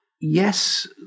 yes